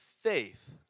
faith